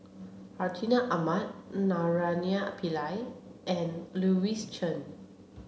Hartinah Ahmad Naraina Pillai and Louis Chen